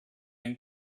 and